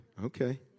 Okay